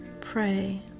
pray